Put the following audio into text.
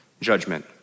judgment